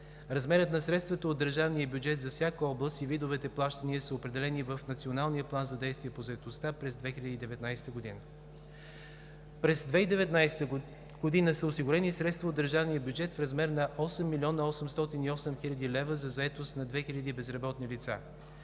Размерът на средствата от държавния бюджет за всяка област и видовете плащания са определени в Националния план за действие по заетостта през 2019 г. През 2019 г. са осигурени средства от държавния бюджет в размер на 8 млн. 808 хил. лв. за заетост на 2000 безработни лица.